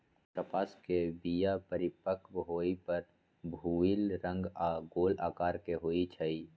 कपास के बीया परिपक्व होय पर भूइल रंग आऽ गोल अकार के होइ छइ